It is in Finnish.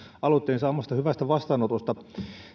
aloitteen saamasta hyvästä vastaanotosta